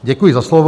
Děkuji za slovo.